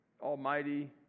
almighty